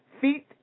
feet